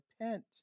repent